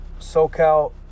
SoCal